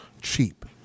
cheap